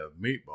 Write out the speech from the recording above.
meatballs